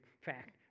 fact